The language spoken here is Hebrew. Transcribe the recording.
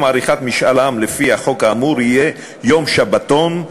עריכת משאל עם לפי החוק האמור יהיה יום שבתון,